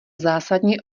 zásadně